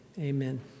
Amen